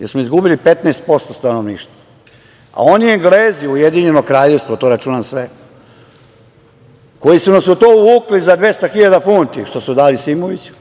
jer smo izgubili 15% stanovništva, a oni Englezi, Ujedinjeno kraljevstvo, tu računam sve koji su nas u to uvukli za 200.000 funti što su dali Simoviću,